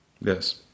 Yes